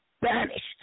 banished